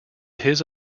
his